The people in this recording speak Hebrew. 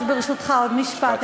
זה שקר.